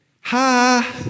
Hi